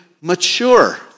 mature